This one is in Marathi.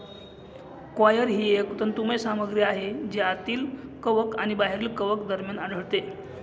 कॉयर ही एक तंतुमय सामग्री आहे जी आतील कवच आणि बाहेरील कवच दरम्यान आढळते